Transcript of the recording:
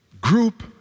group